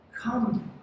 Come